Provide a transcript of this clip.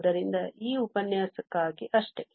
ಆದ್ದರಿಂದ ಈ ಉಪನ್ಯಾಸಕ್ಕಾಗಿ ಅಷ್ಟೆ